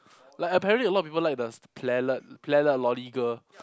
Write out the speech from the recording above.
like apparently a lot of people like the loli girl